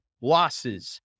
losses